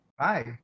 Hi